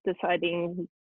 deciding